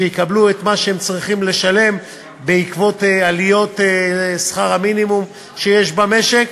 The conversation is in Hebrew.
שיקבלו את מה שהם צריכים לשלם בעקבות עליות שכר המינימום במשק,